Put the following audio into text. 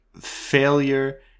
failure